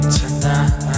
tonight